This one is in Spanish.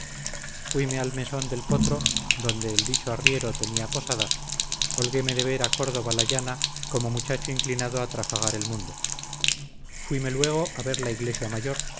universidad fuime al mesón del potro donde el dicho arriero tenía posada holgueme de ver a córdoba la llana como muchacho inclinado a trafagar el mundo fuime luego a ver la iglesia mayor